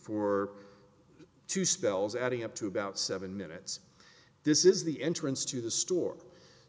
for two spells adding up to about seven minutes this is the entrance to the store